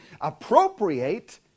appropriate